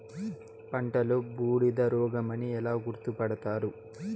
పంటలో బూడిద రోగమని ఎలా గుర్తుపడతారు?